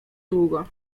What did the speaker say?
długo